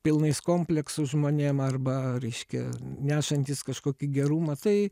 pilnais kompleksų žmonėm arba reiškia nešantys kažkokį gerumą tai